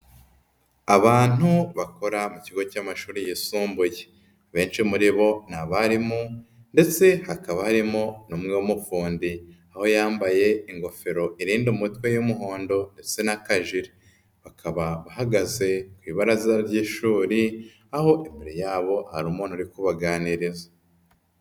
Abantu bakora mu kigo cy'amashuri yisumbuye. Benshi muri bo ni abarimu ndetse hakaba harimo n'umwe w'umufundi. Aho yambaye ingofero irinda umutwe y'umuhondo ndetse n'akajire. Bakaba bahagaze ku ibaraza ry'ishuri, aho imbere yabo hari umuntu uri kubaganiriza.